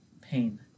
pain